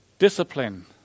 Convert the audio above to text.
Discipline